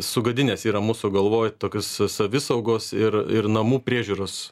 sugadinęs yra mūsų galvoj tokius savisaugos ir ir namų priežiūros